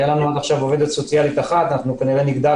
הייתה לנו עד עכשיו עובדת סוציאלית אחת ואנחנו כנראה נגדל